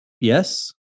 Yes